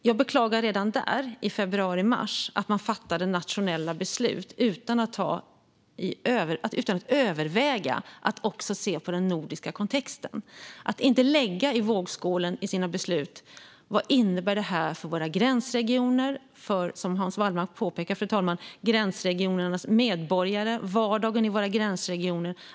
Jag beklagade redan då, i februari mars, att man fattade nationella beslut utan att överväga att också se på den nordiska kontexten. Man lade inte i vågskålen för sina beslut vad detta innebär för våra gränsregioner. Som Hans Wallmark påpekar, fru talman, är verkligheten för gränsregionernas medborgare och deras vardag en annan.